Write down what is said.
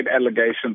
allegations